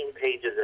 pages